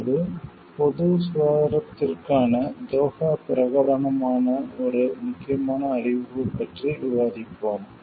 இப்போது பொது சுகாதாரத்திற்கான தோஹா பிரகடனமான ஒரு முக்கியமான அறிவிப்பு பற்றி விவாதிப்போம்